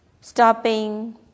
stopping